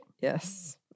Yes